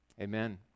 amen